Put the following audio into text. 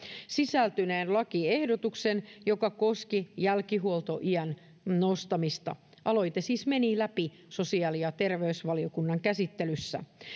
sisältyneen lakiehdotuksen joka koski jälkihuoltoiän nostamista aloite siis meni läpi sosiaali ja terveysvaliokunnan käsittelyssä